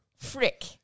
Frick